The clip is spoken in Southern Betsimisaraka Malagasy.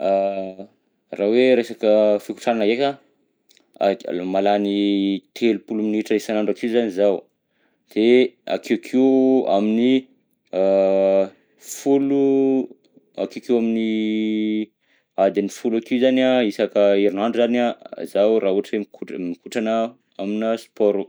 Raha hoe resaka fikotranana ndreka, aky- mahalany telopolo minitra isan'andro akeho zany zaho, de akeokeo amin'ny a folo, akeokeo amin'ny adiny folo akeo zany an isaka herinandro zany zaho raha ohatra hoe mikotrana aminà spaoro.